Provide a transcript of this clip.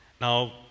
Now